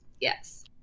yes